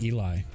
Eli